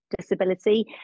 disability